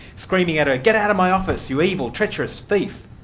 screaming at her, get out of my office, you evil, treacherous thief!